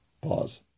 Pause